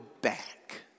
back